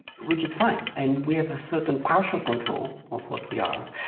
which is fine. and we have a certain partial control of what we are.